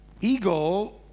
Ego